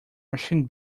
machine